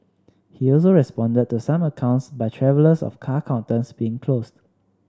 he also responded to some accounts by travellers of car counters being closed